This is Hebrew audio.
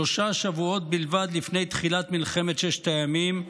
שלושה שבועות בלבד לפני תחילת מלחמת ששת הימים,